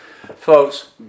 Folks